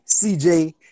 CJ